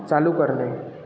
चालू करणे